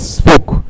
spoke